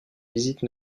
visites